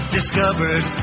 Discovered